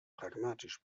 pragmatisch